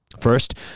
First